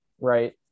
right